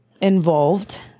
involved